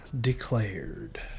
declared